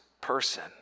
person